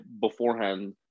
beforehand